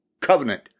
covenant